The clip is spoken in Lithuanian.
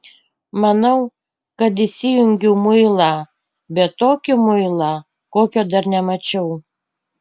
manau kad įsijungiau muilą bet tokį muilą kokio dar nemačiau